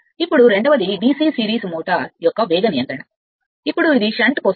ఇప్పుడు రెండవది DC series motor యొక్క వేగ నియంత్రణ ఇప్పుడు ఇది షంట్ కోసం